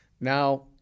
Now